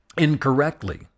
incorrectly